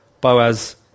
Boaz